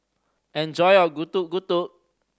enjoy your Getuk Getuk